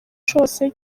cyose